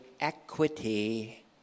equity